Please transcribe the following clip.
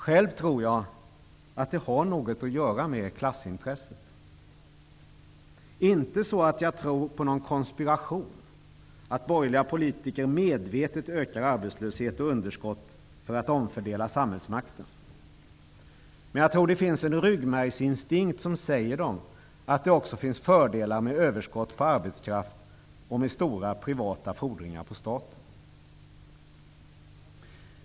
Själv tror jag att det har något att göra med klassintresset -- inte så att jag tror på någon konspiration, att borgerliga politiker medvetet ökar arbetslöshet och underskott för att omfördela samhällsmakten. Men jag tror att det finns en ryggmärgsinstinkt som säger dem att det också finns fördelar med överskott på arbetskraft och med stora privata fordringar på staten.